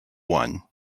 one